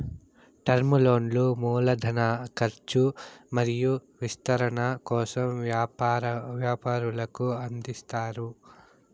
term లోన్లు మూల ధన కర్చు మరియు విస్తరణ కోసం వ్యాపారులకు అందిస్తారు